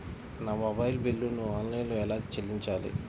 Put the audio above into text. నా మొబైల్ బిల్లును ఆన్లైన్లో ఎలా చెల్లించాలి?